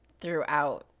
throughout